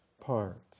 parts